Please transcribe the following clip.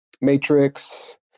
Matrix